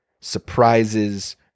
Surprises